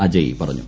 അജയ് പറഞ്ഞു